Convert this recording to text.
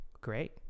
Great